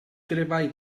treball